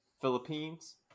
Philippines